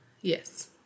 Yes